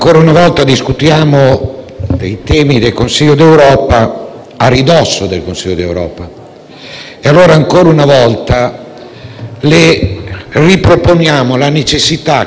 e allora, ancora una volta, le riproponiamo la necessità che queste discussioni, se vogliamo che il Parlamento svolga effettivamente la propria funzione d'indirizzo,